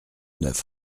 neuf